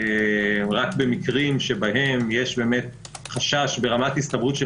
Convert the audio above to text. רק במחקרים שבהם יש חשש ברמת הסתברות של